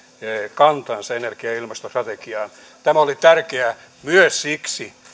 kantansa energia ja ilmastostrategiaan tämä oli tärkeää myös siksi